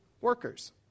workers